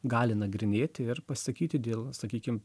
gali nagrinėti ir pasisakyti dėl sakykim